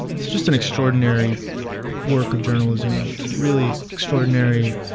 it's just an extraordinary work of journalism. it's really extraordinary